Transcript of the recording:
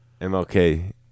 MLK